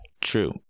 true